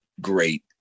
great